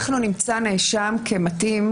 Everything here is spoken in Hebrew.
אנחנו נמצא נאשם כמתאים,